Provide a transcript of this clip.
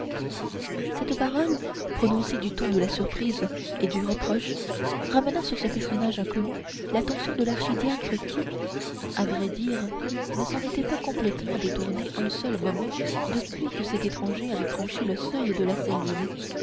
cette parole prononcée du ton de la surprise et du reproche ramena sur ce personnage inconnu l'attention de l'archidiacre qui à vrai dire ne s'en était pas complètement détournée un seul moment depuis que cet étranger avait franchi le seuil de la cellule